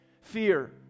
Fear